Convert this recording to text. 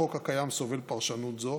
החוק הקיים סובל פרשנות זו,